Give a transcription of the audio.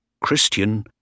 christian